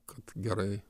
kad gerai